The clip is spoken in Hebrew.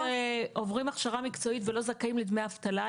אלה שעוברים הכשרה מקצועית ולא זכאים לדמי אבטלה,